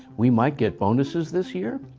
we might get bonuses this year.